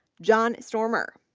john stoermer,